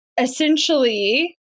essentially